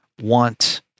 want